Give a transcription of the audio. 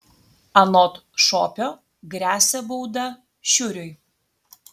anot šopio gresia bauda šiuriui